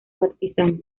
partisanos